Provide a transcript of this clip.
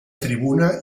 tribuna